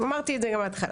אמרתי את זה גם מהתחלה.